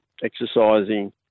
exercising